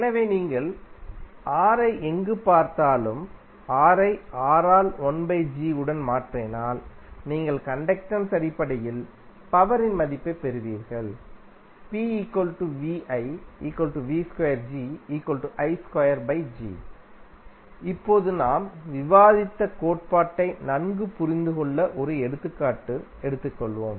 எனவே நீங்கள் R ஐ எங்கு பார்த்தாலும் R ஐ R ஆல் 1 G உடன் மாற்றினால் நீங்கள் கண்டக்டென்ஸ் அடிப்படையில் பவரின் மதிப்பைப் பெறுவீர்கள் இப்போது நாம் விவாதித்த கோட்பாட்டை நன்கு புரிந்துகொள்ள ஒரு எடுத்துக்காட்டு எடுத்துக்கொள்வோம்